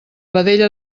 vedella